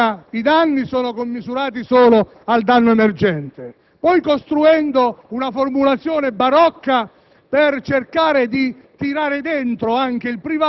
che i danni sono commisurati solo al danno emergente, poi costruendo una formulazione barocca per cercare di